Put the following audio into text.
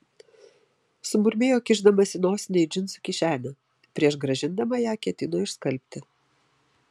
sumurmėjo kišdamasi nosinę į džinsų kišenę prieš grąžindama ją ketino išskalbti